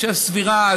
אני חושב, סבירה.